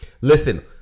listen